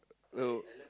no